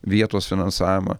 vietos finansavimą